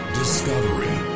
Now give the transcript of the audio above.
discovery